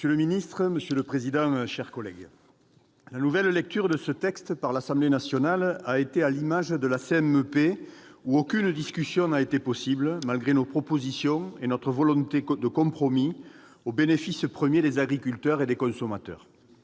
Monsieur le président, monsieur le ministre, mes chers collègues, la nouvelle lecture de ce texte par l'Assemblée nationale a été à l'image de la CMP, où aucune discussion n'a été possible, malgré nos propositions et notre volonté de compromis au bénéfice premier des agriculteurs et des consommateurs,